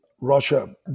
Russia